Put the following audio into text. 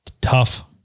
Tough